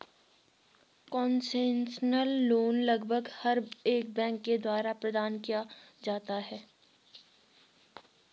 concessional loan लगभग हर एक बैंक के द्वारा प्रदान किया जाता है